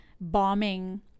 bombing